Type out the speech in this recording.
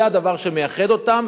זה הדבר שמייחד אותם.